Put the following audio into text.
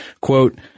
Quote